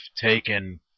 taken